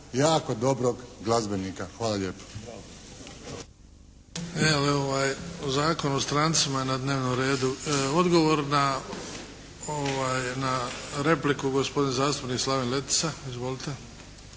jako dobrog glazbenika. Hvala lijepo.